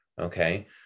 okay